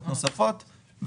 נוספות.